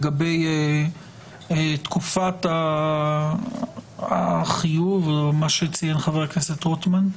לגבי תקופת החיוב או מה שציין חבר הכנסת רוטמן?